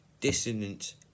dissonance